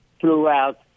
throughout